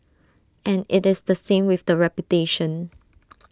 and IT is the same with the reputation